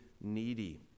needy